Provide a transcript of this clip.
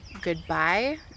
Goodbye